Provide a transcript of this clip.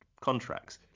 contracts